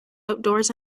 outdoors